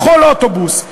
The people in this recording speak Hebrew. בכל אוטובוס.